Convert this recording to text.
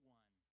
one